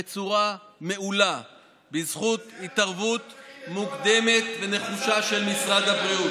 בצורה מעולה בזכות התערבות מוקדמת ונחושה של משרד הבריאות.